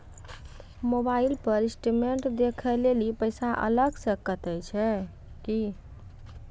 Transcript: Mobile पर statement देखे लेली पैसा अलग से कतो छै की?